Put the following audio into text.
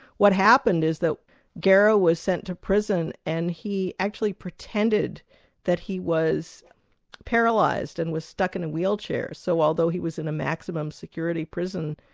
what happened is that garrow was sent to prison and he actually pretended that he was paralysed and was stuck in a wheelchair so although he was in a maximum security prison,